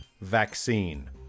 vaccine